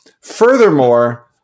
Furthermore